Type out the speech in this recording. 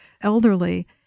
elderly